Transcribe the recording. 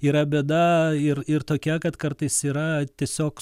yra bėda ir ir tokia kad kartais yra tiesiog